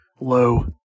low